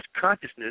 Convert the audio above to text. consciousness